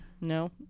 No